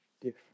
different